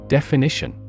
Definition